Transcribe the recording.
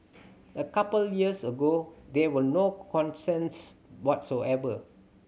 a couple years ago there were no whatsoever